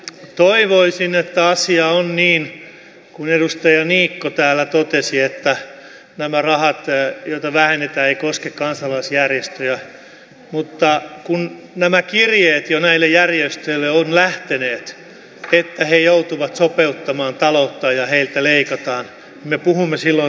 toivoisin että asia on niin kuin edustaja niikko täällä totesi että nämä rahat joita vähennetään eivät koske kansalaisjärjestöjä mutta kun nämä kirjeet jo näille järjestöille ovat lähteneet että he joutuvat sopeuttamaan talouttaan ja heiltä leikataan me puhumme silloin tosiasioista